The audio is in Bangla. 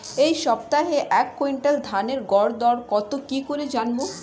এই সপ্তাহের এক কুইন্টাল ধানের গর দর কত কি করে জানবো?